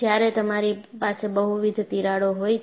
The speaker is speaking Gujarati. જ્યારે તમારી પાસે બહુવિધ તિરાડો હોય છે